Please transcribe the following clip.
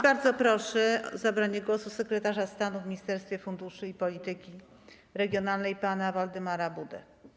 Bardzo proszę o zabranie głosu sekretarza stanu w Ministerstwie Funduszy i Polityki Regionalnej pana Waldemara Budę.